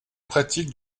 pratiques